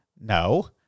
no